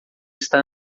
está